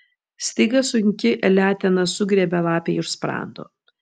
staiga sunki letena sugriebė lapei už sprando